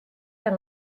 par